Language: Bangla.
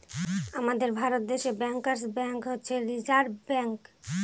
আমাদের ভারত দেশে ব্যাঙ্কার্স ব্যাঙ্ক হচ্ছে রিসার্ভ ব্যাঙ্ক